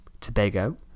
Tobago